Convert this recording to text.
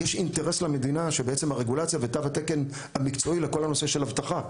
יש אינטרס למדינה שבעצם הרגולציה ותו התקן המקצועי לכל הנושא של אבטחה,